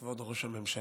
כבוד ראש הממשלה,